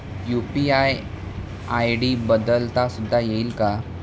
UPI ID बदलता सुद्धा येईल का?